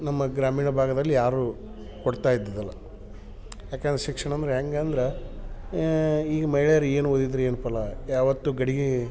ನಮ್ಮ ಗ್ರಾಮೀಣ ಭಾಗದಲ್ಲಿ ಯಾರೂ ಕೊಡ್ತಾ ಇದ್ದಿದಿಲ್ಲ ಯಾಕಂದ್ರೆ ಶಿಕ್ಷಣ ಅಂದರೆ ಹೆಂಗಂದ್ರೆ ಈಗ ಮಹಿಳೆಯರು ಏನು ಓದಿದ್ರೆ ಏನು ಫಲ ಯಾವತ್ತು ಗಡ್ಗೆ